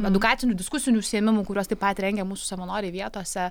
edukacinių diskusinių užsiėmimų kuriuos taip pat rengia mūsų savanoriai vietose